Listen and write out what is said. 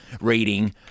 reading